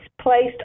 placed